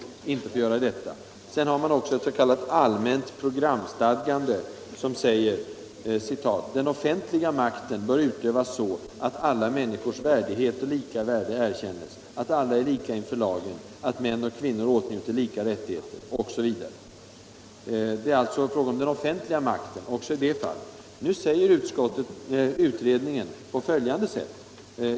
Därutöver har man ett s.k. allmänt programstadgande som säger: ”Den offentliga makten bör utövas så att alla människors värdighet och lika värde erkännes, att alla är lika inför lagen, att män och kvinnor åtnjuter lika rättigheter” osv. Det är alltså även i det fallet fråga om den offentliga makten.